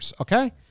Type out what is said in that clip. okay